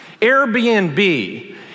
Airbnb